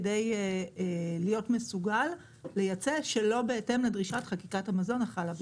כדי להיות מסוגל לייצא שלא בהתאם לדרישת חקיקת המזון החלה בישראל.